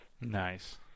Nice